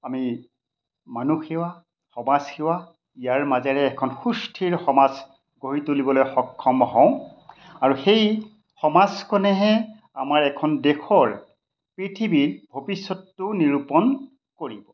আমি মানুহ সেৱা সমাজ সেৱা ইয়াৰ মাজেৰে এখন সুস্থিৰ সমাজ গঢ়ি তুলিবলৈ সক্ষম হওঁ আৰু সেই সমাজখনেহে আমাৰ এখন দেশৰ পৃথিৱীৰ ভৱিষ্যতটো নিৰূপণ কৰিব